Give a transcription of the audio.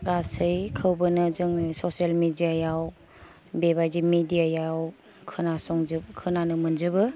गासैखौबोनो जों ससियेल मेडियायाव बेबादि मेडियायाव खोनासंजोब खोनानो मोनजोबो